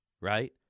right